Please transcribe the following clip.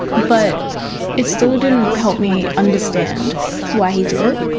but it still didn't help me understand why he did it.